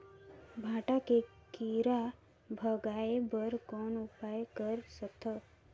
भांटा के कीरा भगाय बर कौन उपाय कर सकथव?